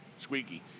Squeaky